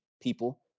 people